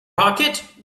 pocket